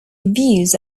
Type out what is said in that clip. reviews